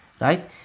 Right